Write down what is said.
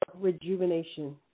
rejuvenation